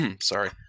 Sorry